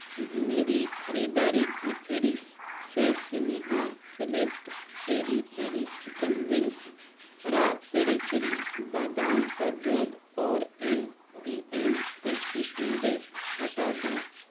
میری خریداری کی فہرست سے سنیہا select peri peri chicken wings را پریسری بادام کا دودھ اور ایم پی ایم دیسی انڈے ہٹا دو